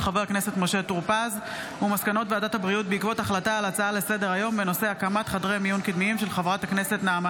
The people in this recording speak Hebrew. ובהצעה לסדר-היום של חברת הכנסת נעמה